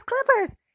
Clippers